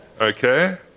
okay